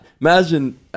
imagine